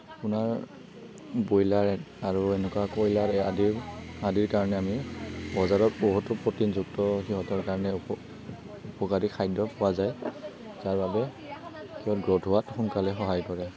আপোনাৰ ব্ৰইলাৰ আৰু এনেকুৱা কইলাৰ আদিৰ কাৰণে আমি বজাৰত বহুতো প্ৰটিনযুক্ত সিহঁতৰ কাৰণে উপ উপকাৰী খাদ্য পোৱা যায় তাৰবাবে ইহঁত গঢ়োৱাত সোনকালে সহায় কৰে